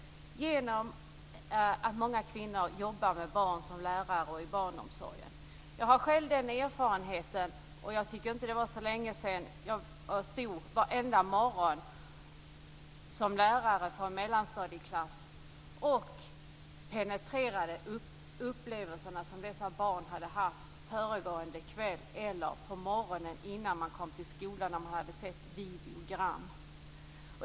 Många kvinnor jobbar med barn som lärare och i barnomsorgen. Jag har själv den erfarenheten. Jag tycker inte att det var så länge sedan som jag som lärare för en mellanstadieklass stod varenda morgon och penetrerade de upplevelser som dessa barn hade haft föregående kväll eller på morgonen innan de kom till skolan när de hade sett videogram.